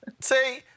See